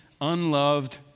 unloved